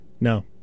No